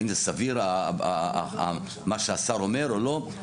האם זה סביר מה שהשר אומר או לא?